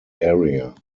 area